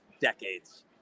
decades